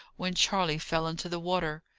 when charley fell into the water.